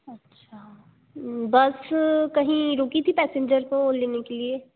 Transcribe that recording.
अच्छा बस कहीं रुकी थी पैसेंजर को लेने के लिए